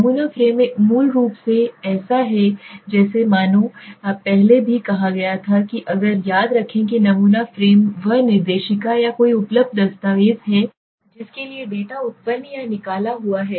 नमूना फ्रेम मूल रूप से है जैसा कि मैंने पहले भी कहा था कि अगर याद रखें कि नमूना फ्रेम वह निर्देशिका या कोई उपलब्ध दस्तावेज है जिसके लिए डेटा उत्पन्न या निकाला हुआ है